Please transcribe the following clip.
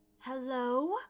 Hello